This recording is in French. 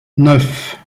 neuf